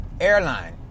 Airline